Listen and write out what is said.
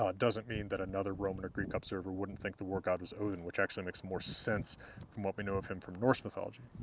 doesn't mean that another roman or greek observer wouldn't think the war god was odinn, which actually makes more sense from what we know of him from norse mythology.